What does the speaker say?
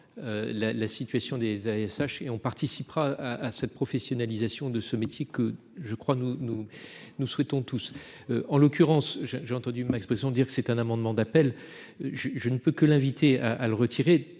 la situation des ASH et on participera à cette professionnalisation de ce métier que je crois, nous, nous, nous souhaitons tous, en l'occurrence je j'ai entendu, expression, dire que c'est un amendement d'appel je je ne peux que l'inviter à à le retirer